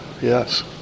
yes